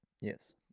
Yes